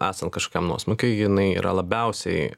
esant kažkokiam nuosmūkiui jinai yra labiausiai